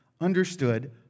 understood